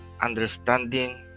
Understanding